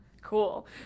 Cool